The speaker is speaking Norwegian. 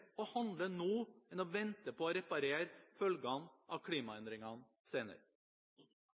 nå enn å vente på å reparere følgene av klimaendringene senere.